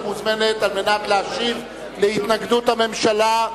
את מוזמנת להשיב על התנגדות הממשלה.